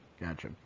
Gotcha